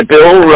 Bill